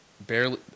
barely